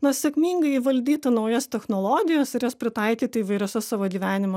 na sėkmingai įvaldyti naujas technologijas ir jas pritaikyti įvairiose savo gyvenimo